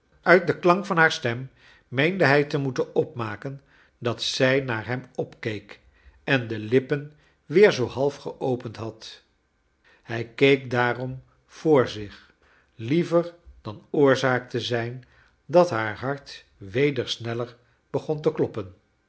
uit den klank van haar stem meende hij te moeten opmaken dat zij naar hem opkeek en de lippen weer zoo half geopend had hij keek daarom voor zich liever dan oorzaak te zijn dat haar hart weder sneller begon te kloppen